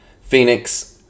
Phoenix